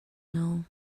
know